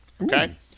Okay